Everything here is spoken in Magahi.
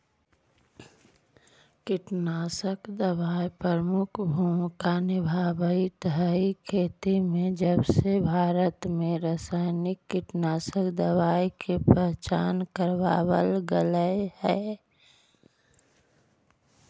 कीटनाशक दवाई प्रमुख भूमिका निभावाईत हई खेती में जबसे भारत में रसायनिक कीटनाशक दवाई के पहचान करावल गयल हे